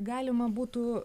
galima būtų